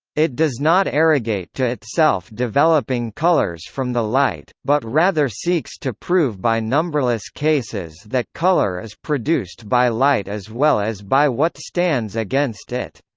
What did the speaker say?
it does not arrogate to itself developing colours from the light, but rather seeks to prove by numberless cases that colour is produced by light as well as by what stands against it.